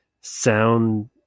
sound